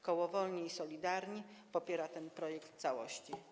Koło Wolni i Solidarni popiera ten projekt w całości.